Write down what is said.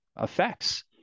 effects